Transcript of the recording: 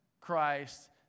Christ